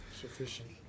sufficient